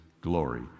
glory